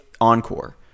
encore